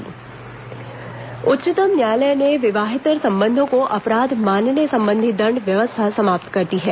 supreme court फैसला उच्चतम न्यायालय ने विवाहेतर संबंधों को अपराध मानने संबंधी दंड व्यवस्था समाप्त कर दी है